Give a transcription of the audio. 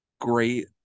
great